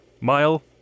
Mile